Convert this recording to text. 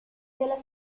della